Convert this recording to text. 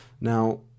Now